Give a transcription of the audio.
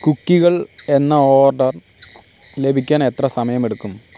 കുക്കികൾ എന്ന ഓർഡർ ലഭിക്കാൻ എത്ര സമയമെടുക്കും